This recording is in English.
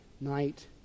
night